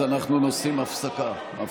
אז אנחנו עושים הפסקה.